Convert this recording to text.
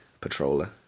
patroller